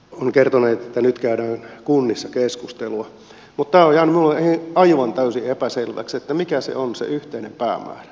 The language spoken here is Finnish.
on kiertonäyttelytkään kunnissa keskustelua mutta ojan alueen aivan täysin epäselväksi mikä se on se yhteinen olohuone